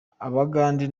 abagande